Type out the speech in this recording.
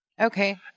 Okay